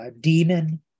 demon